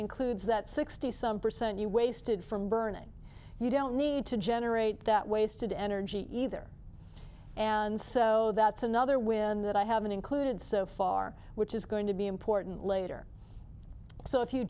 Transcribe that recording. includes that sixty some percent you wasted from burning you don't need to generate that wasted energy either and so that's another win that i haven't included so far which is going to be important later so if you